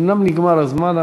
אומנם נגמר הזמן,